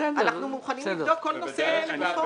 אנחנו מוכנים לבדוק כל נושא לגופו.